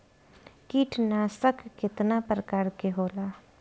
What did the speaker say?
कीटनाशक केतना प्रकार के होला?